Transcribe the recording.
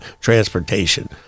transportation